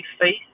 faith